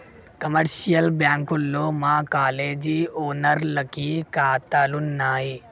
commercial బ్యాంకుల్లో మా college ఓనర్లకి కాతాలున్నయి